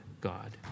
God